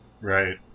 Right